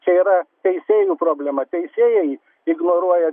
čia yra teisėjų problema teisėjai ignoruoja